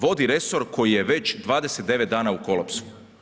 Vodi resor koji je već 29 dana u kolapsu.